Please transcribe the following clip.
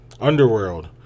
Underworld